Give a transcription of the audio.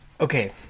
okay